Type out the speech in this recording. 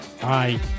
Bye